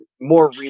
more